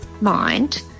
mind